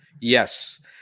Yes